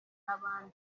n’abandi